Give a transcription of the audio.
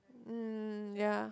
um ya